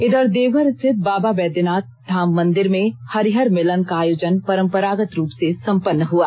इधर देवघर स्थित बाबा बैद्यनाथ धाम मंदिर में हरिहर मिलन का आयोजन बाबा मंदिर में परंपरागत रूप से सम्पन्न हुआ